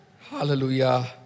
Hallelujah